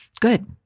good